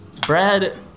Brad